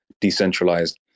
decentralized